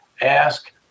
ask